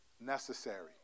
necessary